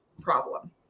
problem